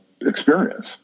experience